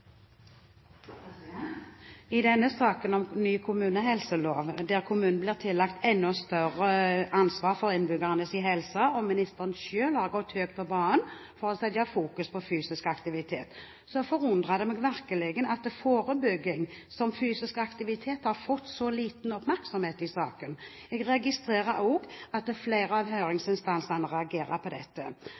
I denne saken om ny kommunehelselov – der kommunene blir tillagt enda større ansvar for innbyggernes helse, og ministeren selv har gått høyt på banen for å sette fysisk aktivitet i fokus – forundrer det meg virkelig at forebygging som fysisk aktivitet har fått så liten oppmerksomhet. Jeg registrerer også at flere av høringsinstansene reagerer på dette.